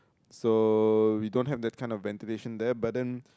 so we don't that kind of ventilation there but then